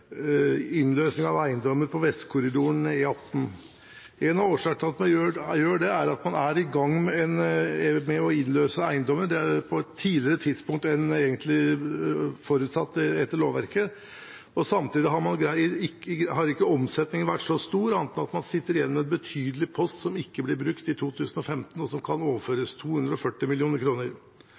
av eiendommer i Vestkorridoren E18. En av årsakene til at man gjør det, er at man er i gang med å innløse eiendommer på et tidligere tidspunkt enn egentlig forutsatt etter lovverket. Samtidig har ikke omsetningen vært så stor, annet enn at man sitter igjen med en betydelig post som ikke ble brukt i 2015, og som kan overføres – 240 mill. kr. Fornebubanen er også på beddingen, men det er nå en gang slik at selv om staten har gått ut og